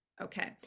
okay